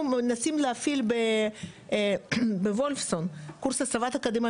אנחנו מנסים להפעיל בוולפסון קורס הסבת אקדמאים,